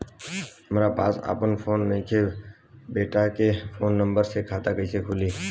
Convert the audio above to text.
हमरा पास आपन फोन नईखे बेटा के फोन नंबर से खाता कइसे खुली?